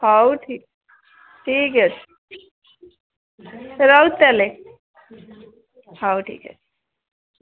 ହଉ ଠିକ୍ ଠିକ୍ ଅଛି ରହୁଛି ତା'ହେଲେ ହଉ ଠିକ୍ ଅଛି